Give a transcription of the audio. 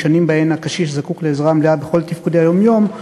בשנים שבהן הקשיש זקוק לעזרה מלאה בכל תפקודי היום-יום.